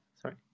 Sorry